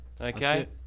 okay